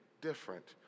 different